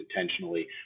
intentionally